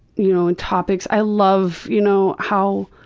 you know and topics. i love you know how,